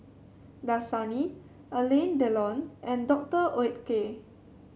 Dasani Alain Delon and Doctor Oetker